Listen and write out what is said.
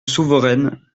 souveraine